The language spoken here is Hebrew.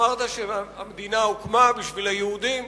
אמרת שהמדינה הוקמה בשביל היהודים,